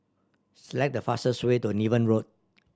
select the fastest way to Niven Road